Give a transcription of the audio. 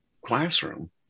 classroom